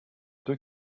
deux